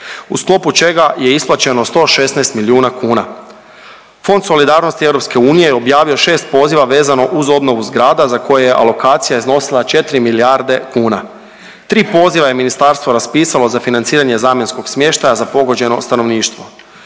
u sklopu čega je isplaćeno 116 milijuna kuna. Fond solidarnosti EU je objavio 6 poziva vezano uz obnovu zgrada za koje je alokacija iznosila 4 milijarde kuna. 3 poziva je ministarstvo raspisalo za financiranje zamjenskog smještaja za pogođeno stanovništvo.